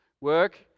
Work